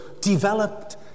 developed